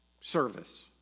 service